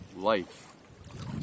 life